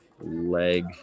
leg